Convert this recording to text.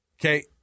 Okay